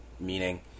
Meaning